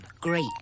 great